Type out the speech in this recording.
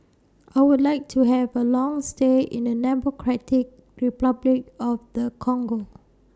I Would like to Have A Long stay in The Democratic Republic of The Congo